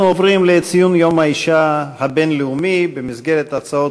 אנחנו עוברים לציון יום האישה הבין-לאומי במסגרת הצעות